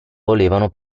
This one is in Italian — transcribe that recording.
volevano